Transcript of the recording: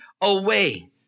away